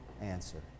answer